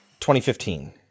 2015